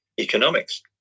economics